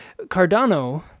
Cardano